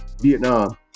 Vietnam